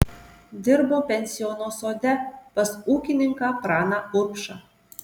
dirbo pensiono sode pas ūkininką praną urbšą